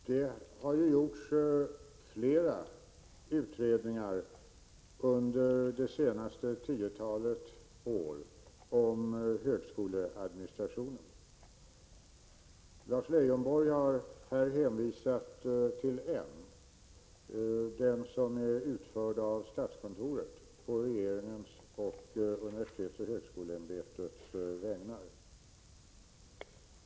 Fru talman! Det har ju gjorts flera utredningar under det senaste tiotalet år om högskoleadministrationen. Lars Leijonborg har här hänvisat till en — den som är utförd av statskontoret på regeringens och universitetsoch högskoleämbetets vägnar.